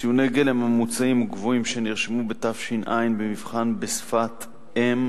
ציוני גלם ממוצעים גבוהים שנרשמו בתש"ע במבחן בשפת-אם